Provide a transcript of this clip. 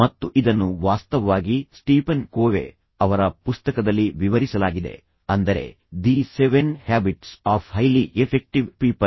ಮತ್ತು ಇದನ್ನು ವಾಸ್ತವವಾಗಿ ಸ್ಟೀಫನ್ ಕೋವೆ ಅವರ ಪುಸ್ತಕದಲ್ಲಿ ವಿವರಿಸಲಾಗಿದೆ ಅಂದರೆ the seven habits of highly effective people